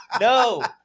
No